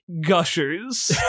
gushers